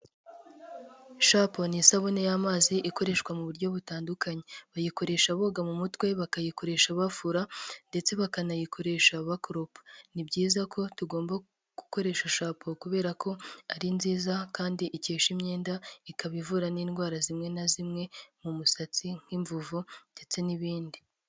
shapo n isabune y'amazi ikoreshwa mu buryo butandukanye bayikoresha boga mu mutwe bakayikoresha bafura ndetse bakanayikoresha bakoropa, ni byiza ko tugomba gukoresha shapo kubera ko ari nziza kandi ikesha imyenda. Ikaba ivura n'indwara zimwe na zimwe mu musatsi nk'imvuvu ndetse n'ibindi.